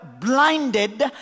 blinded